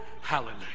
Hallelujah